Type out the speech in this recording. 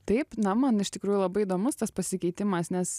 taip na man iš tikrųjų labai įdomus tas pasikeitimas nes